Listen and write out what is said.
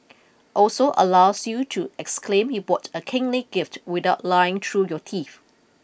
also allows you to exclaim you bought a kingly gift without lying through your teeth